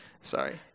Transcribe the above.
sorry